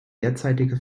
derzeitige